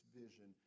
vision